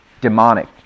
demonic